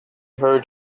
heard